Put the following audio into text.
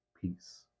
peace